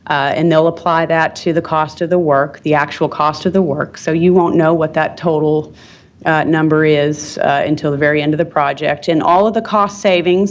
and they'll apply that to the cost of the work, the actual cost of the work, so, you won't know what that total number is until the very end of the project, and all of the cost savings